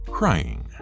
crying